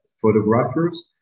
photographers